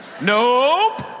nope